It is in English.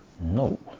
No